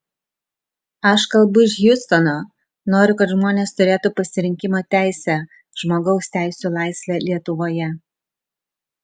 aš kalbu iš hjustono noriu kad žmonės turėtų pasirinkimo teisę žmogaus teisių laisvę lietuvoje